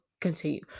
continue